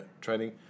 training